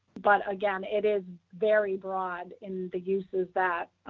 but again, it is very broad in the uses that